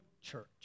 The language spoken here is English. church